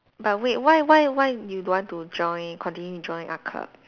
but wait why why why you don't want to join continue to join art club